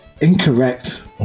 incorrect